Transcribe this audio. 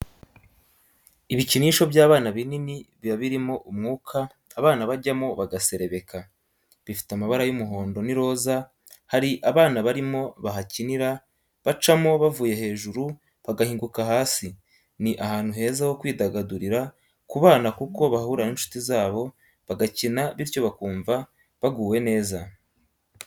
Ibikinisho by'abana binini biba birimo umwuka abana bajyamo bagaserebeka, bifite amabara y'umuhondo n'iroza hari abana barimo bahakinira bacamo bavuye hejuru bagahinguka hasi ni ahantu heza ho kwidagadurira ku bana kuko bahahurira n'inshuti zabo bagakina bityo bakumva baguwe neza.